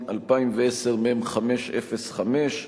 התש"ע 2010, מ/505,